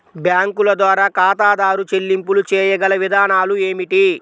బ్యాంకుల ద్వారా ఖాతాదారు చెల్లింపులు చేయగల విధానాలు ఏమిటి?